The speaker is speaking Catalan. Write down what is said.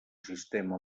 sistema